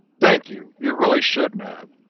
thank you, you really shouldn't have.